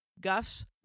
Gus